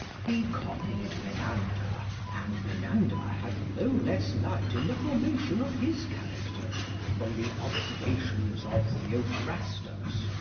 he copied menander and menander had no less light in the formation of his characters from the observations of theophrastus,